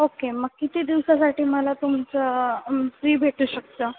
okay मग किती दिवसांसाठी मला तुमचं फ्री भेटू शकतं